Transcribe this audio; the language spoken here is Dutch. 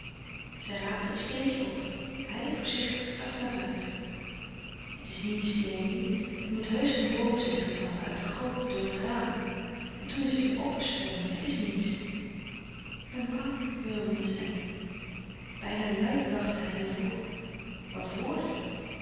zij raapte het steentje op hij voorzichtig zag naar buiten het is niets léonie het moet heusch van boven zijn gevallen uit de goot door het raam en toen is het weêr opgesprongen het is niets ik ben bang murmelde zij bijna luid lachte hij en vroeg waarvoor